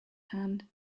hand